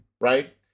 right